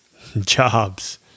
jobs